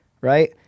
right